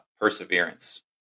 perseverance